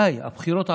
די, הבחירות עברו,